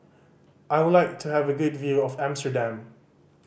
I would like to have a good view of Amsterdam